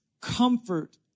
comfort